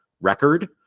record